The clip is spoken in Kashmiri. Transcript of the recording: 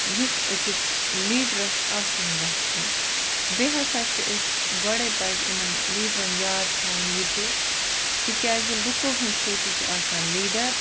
یُتھ أکِس لیٖڈرَس آسُن گژھِ بیٚیہِ ہسا چھِ أسۍ گۄڈَے پَزِ یِمن لیٖڈرَن یاد تھاوُن یہِ تہِ تِکیازِ لکو ۂندۍ سۭتی چھِ آسان لیٖڈر